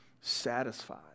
satisfied